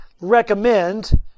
recommend